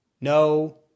No